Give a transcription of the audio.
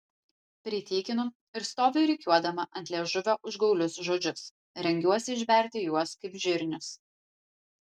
pritykinu ir stoviu rikiuodama ant liežuvio užgaulius žodžius rengiuosi išberti juos kaip žirnius